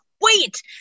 wait